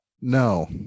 No